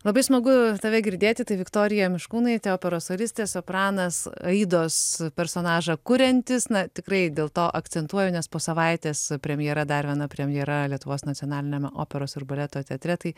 labai smagu tave girdėti tai viktorija miškūnaitė operos solistė sopranas aidos personažą kuriantis na tikrai dėl to akcentuoju nes po savaitės premjera dar viena premjera lietuvos nacionaliniame operos ir baleto teatre tai